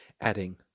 adding